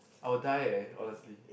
I will die eh honestly